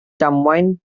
damwain